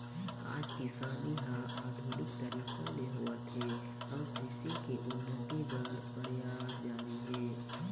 आज किसानी ह आधुनिक तरीका ले होवत हे अउ कृषि के उन्नति बर परयास जारी हे